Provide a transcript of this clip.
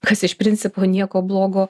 kas iš principo nieko blogo